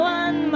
one